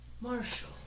Marshall